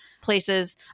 places